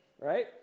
right